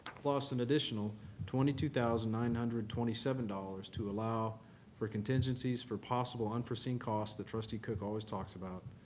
plus an additional twenty two thousand nine hundred and twenty seven dollars to allow for contingencies for possible unforeseen costs that trustee cook always talks about,